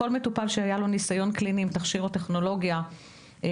וכל מטופל שהיה לו ניסיון קליני עם מכשיר או טכנולוגיה אחרת